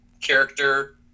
Character